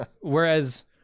Whereas